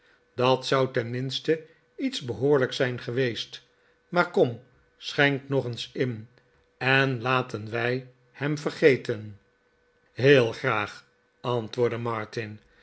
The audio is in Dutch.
dat zou tenminste iets behoorlijks zijn geweest maar kom schenk nog eens in en laten wij hem vergeten heel graag antwoordde martin